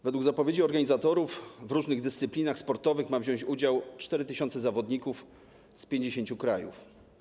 Według zapowiedzi organizatorów w różnych dyscyplinach sportowych ma wziąć udział 4 tys. zawodników z 50 krajów.